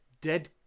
dead